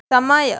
समय